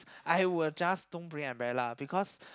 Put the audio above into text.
I will just don't bring umbrella because